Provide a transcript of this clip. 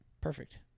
Perfect